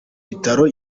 bitaro